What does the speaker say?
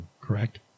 correct